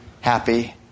happy